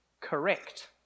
correct